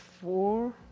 four